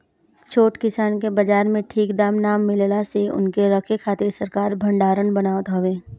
छोट किसान के बाजार में ठीक दाम ना मिलला से उनके रखे खातिर सरकार भडारण बनावत हवे